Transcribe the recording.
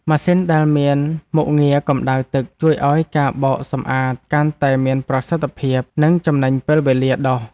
ម៉ាស៊ីនដែលមានមុខងារកម្តៅទឹកជួយឱ្យការបោកសម្អាតកាន់តែមានប្រសិទ្ធភាព និងចំណេញពេលវេលាដុស។